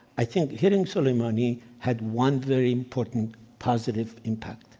i think hitting soleimani had one very important positive impact.